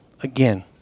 again